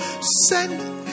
Send